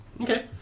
Okay